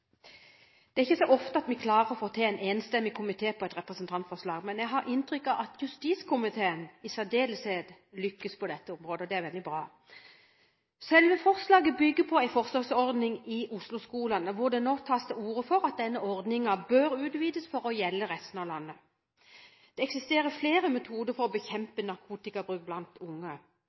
ikke så ofte at vi klarer å få til en enstemmig komité når det gjelder et representantforslag. Men jeg har inntrykk av at justiskomiteen i særdeleshet lykkes på dette området, og det er veldig bra. Selve forslaget bygger på en forsøksordning i Osloskolen, hvor det nå tas til orde for at denne ordningen bør utvides til å gjelde resten av landet. Det eksisterer flere metoder for å bekjempe narkotikabruk blant unge.